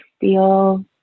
feel